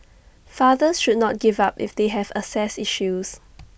fathers should not give up if they have access issues